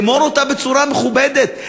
אמור אותה בצורה מכובדת.